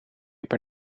per